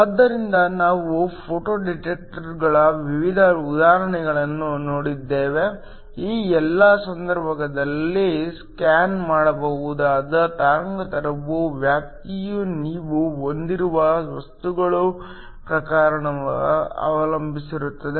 ಆದ್ದರಿಂದ ನಾವು ಫೋಟೋ ಡಿಟೆಕ್ಟರ್ಗಳ ವಿವಿಧ ಉದಾಹರಣೆಗಳನ್ನು ನೋಡಿದ್ದೇವೆ ಈ ಎಲ್ಲಾ ಸಂದರ್ಭಗಳಲ್ಲಿ ಸ್ಕ್ಯಾನ್ ಮಾಡಬಹುದಾದ ತರಂಗಾಂತರ ವ್ಯಾಪ್ತಿಯು ನೀವು ಹೊಂದಿರುವ ವಸ್ತುಗಳ ಪ್ರಕಾರವನ್ನು ಅವಲಂಬಿಸಿರುತ್ತದೆ